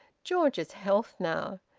george's health, now!